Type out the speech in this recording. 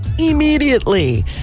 immediately